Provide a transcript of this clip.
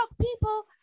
people